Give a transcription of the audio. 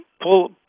pull